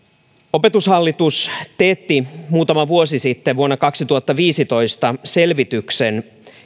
opetushallitus teetti muutama vuosi sitten vuonna kaksituhattaviisitoista selvityksen